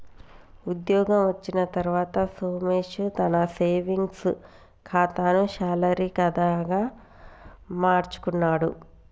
ఉద్యోగం వచ్చిన తర్వాత సోమేశ్ తన సేవింగ్స్ కాతాను శాలరీ కాదా గా మార్చుకున్నాడు